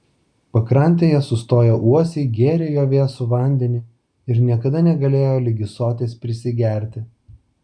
pakrantėje sustoję uosiai gėrė jo vėsų vandenį ir niekada negalėjo ligi soties prisigerti